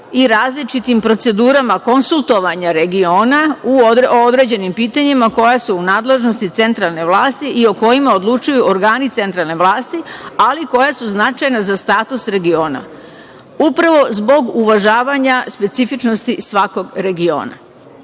i različitim procedurama konsultovanja regiona u određenim pitanjima koje su u nadležnosti centralne vlasti i o kojima odlučuju organi centralne vlasti, ali koja su značajna za status regiona. Upravo zbog uvažavanja specifičnosti svakog regiona.U